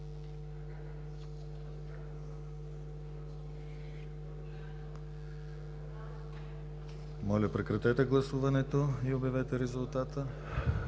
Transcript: Моля прекратете гласуването и обявете резултата.